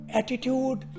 attitude